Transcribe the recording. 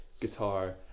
guitar